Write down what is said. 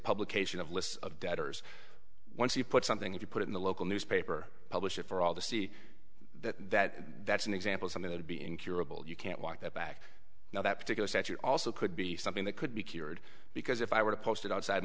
publication of lists of debtors once you put something if you put it in the local newspaper publish it for all to see that that's an example something to be incurable you can't walk that back now that particular statute also could be something that could be cured because if i were to post it outside